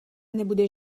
nebude